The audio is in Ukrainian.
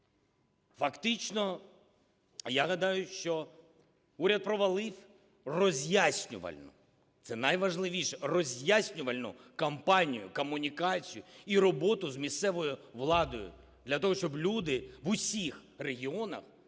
Фактично, я гадаю, що уряд провалив роз'яснювальну, це найважливіше, роз'яснювальну кампанію, комунікацію і роботу з місцевою владою для того, щоб люди в усіх регіонах